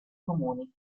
comuni